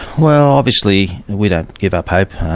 well, obviously we don't give up hope.